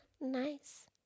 nice